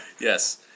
Yes